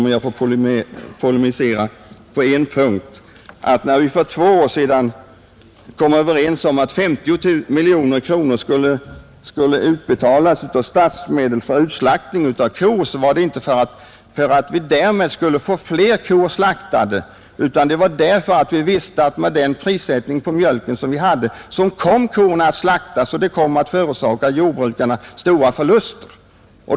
Om jag får polemisera mot jordbruksministern på en punkt vill jag hävda att när vi för två år sedan kom överens om att 50 miljoner kronor skulle betalas ut av statsmedel för utslaktning av kor var det inte för att vi därmed skulle få fler kor utslaktade utan för att vi visste att med den prissättning som vi hade på mjölken skulle kor ändå komma att slaktas, och det skulle förorsaka jordbrukarna stora förluster.